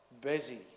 busy